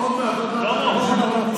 עוד מעט, עוד מעט.